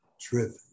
driven